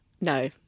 No